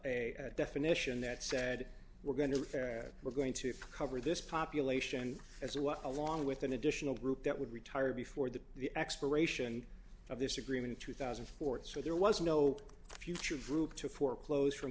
a definition that said we're going to fair we're going to cover this population as a walk along with an additional group that would retire before the the expiration of this agreement two thousand for it so there was no future group to foreclose from